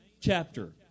chapter